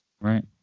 right